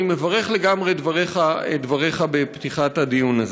אני מברך לגמרי על דבריך בפתיחת הדיון הזה.